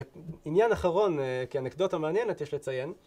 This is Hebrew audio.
עניין אחרון, כאנקדוטה מעניינת יש לציין